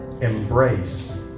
embrace